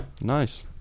Nice